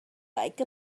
like